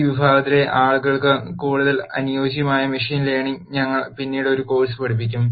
ഈ വിഭാഗത്തിലെ ആളുകൾക്ക് കൂടുതൽ അനുയോജ്യമായ മെഷീൻ ലേണിംഗിൽ ഞങ്ങൾ പിന്നീട് ഒരു കോഴ് സ് പഠിപ്പിക്കും